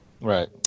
Right